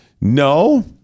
no